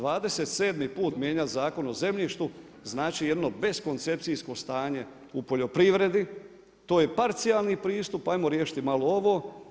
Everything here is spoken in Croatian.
27. put mijenjati zakon o zemljištu znači jedno beskoncepcijsko stanje u poljoprivredi, to je parcijalni pristup, ajmo riješiti malo ovo.